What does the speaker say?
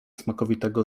smakowitego